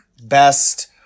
best